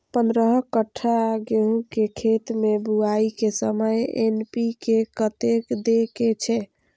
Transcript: पंद्रह कट्ठा गेहूं के खेत मे बुआई के समय एन.पी.के कतेक दे के छे?